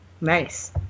Nice